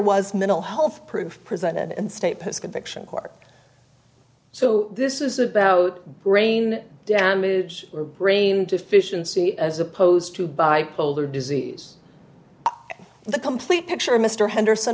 was mental health proof presented and state his conviction or so this is about brain damage or brain deficiency as opposed to bipolar disease the complete picture of mr henderson